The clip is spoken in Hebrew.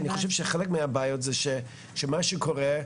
כי חלק מהבעיה שמשהו קורה,